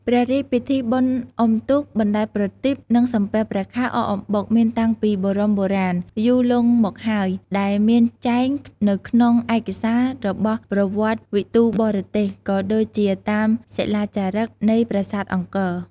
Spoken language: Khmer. ព្រះរាជពិធីបុណ្យអ៊ំុទូក បណ្តែតប្រទីប និងសំពះព្រះខែ អកអំបុក មានតាំងពីបូរមបុរាណ យូរលង់មកហើយ ដែលមានចែងនៅក្នុងឯកសារ របស់ប្រវត្តិវិទូបរទេស ក៏ដូចជាតាមសិលាចារឹក នៃប្រាសាទអង្គរ។